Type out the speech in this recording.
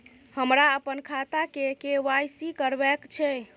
हमरा अपन खाता के के.वाई.सी करबैक छै